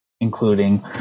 including